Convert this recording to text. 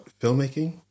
filmmaking